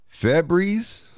Febreze